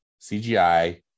CGI